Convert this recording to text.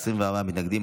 24 מתנגדים.